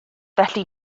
felly